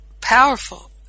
powerful